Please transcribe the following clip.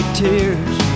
tears